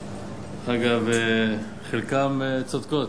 אגב, חלקן צודקות: